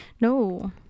no